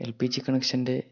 L P G കണക്ഷൻ്റെ